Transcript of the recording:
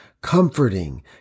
comforting